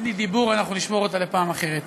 תענית דיבור, אנחנו נשמור אותה לפעם אחרת.